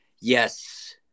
yes